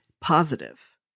positive